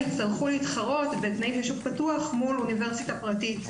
יצטרכו להתחרות בתנאי שוק פתוח מול אוניברסיטה פרטית.